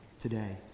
today